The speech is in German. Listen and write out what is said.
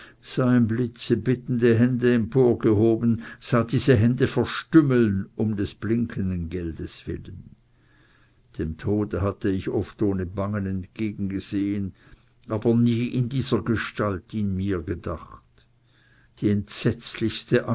blitze bittende hände emporgehoben sah diese hände verstümmeln um des blinkenden geldes willen dem tode hatte ich oft ohne bangen entgegengesehen aber nie in dieser gestalt mir ihn gedacht die entsetzlichste